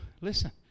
Listen